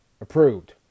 approved